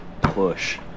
push